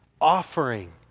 offering